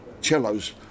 cellos